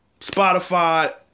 Spotify